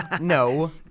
No